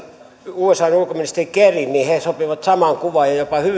usan ulkoministeri kerryn niin he sopivat samaan kuvaan ja jopa